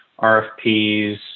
RFPs